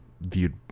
viewed